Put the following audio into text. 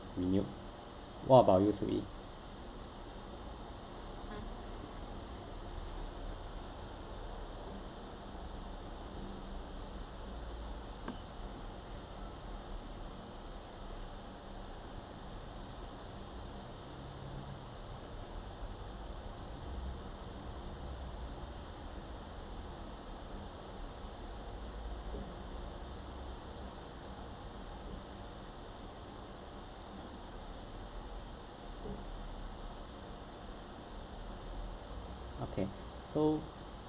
renewed what about you soo ee okay so